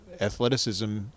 athleticism